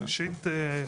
ראשית,